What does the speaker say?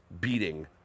beating